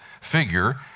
figure